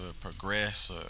progress